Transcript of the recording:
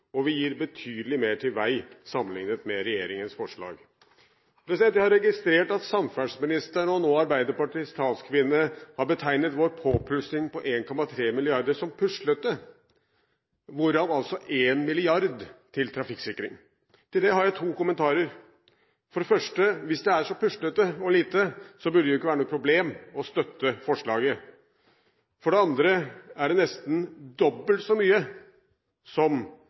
2010–2019 og gir betydelig mer til vei sammenlignet med regjeringens forslag. Jeg har registrert at samferdselsministeren – og Arbeiderpartiets talskvinne nå – har betegnet vår påplussing av 1,3 mrd. kr som puslete, hvorav altså 1 mrd. kr går til trafikksikring. Til det har jeg to kommentarer. For det første: Hvis det er så puslete og lite, burde det ikke være noe problem å støtte forslaget. For det andre er det nesten dobbelt så mye som